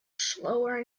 slower